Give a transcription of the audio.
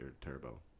Turbo